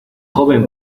joven